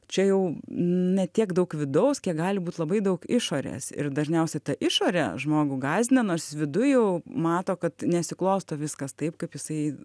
čia jau ne tiek daug vidaus kiek gali būt labai daug išorės ir dažniausiai ta išorė žmogų gąsdina nors viduj jau mato kad nesiklosto viskas taip kaip jisai